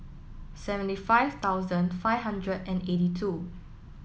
seventy five thousand five hundred and eighty two